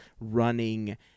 running